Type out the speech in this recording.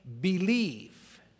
believe